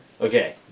Okay